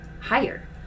higher